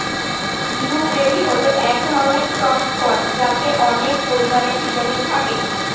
blueberry হল এক ধরনের টক ফল যাতে অনেক পরিমানে ভিটামিন থাকে